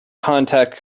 contact